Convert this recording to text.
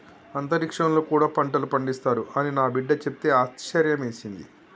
అంతరిక్షంలో కూడా పంటలు పండిస్తారు అని నా బిడ్డ చెప్తే ఆశ్యర్యమేసింది